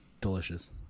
Delicious